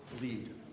Lead